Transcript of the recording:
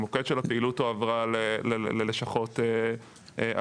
המוקד של הפעילות הועבר ללשכות אחרות.